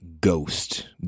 ghost